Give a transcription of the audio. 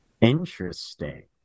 interesting